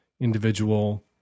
individual